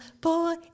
boy